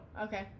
okay